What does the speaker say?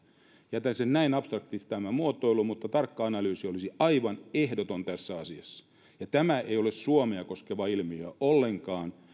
jätän näin abstraktiksi tämän muotoilun mutta tarkka analyysi olisi aivan ehdoton tässä asiassa tämä ei ole vain suomea koskeva ilmiö ollenkaan vaan